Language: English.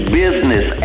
business